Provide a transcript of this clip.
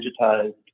digitized